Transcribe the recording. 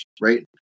right